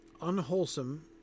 unwholesome